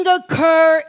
occur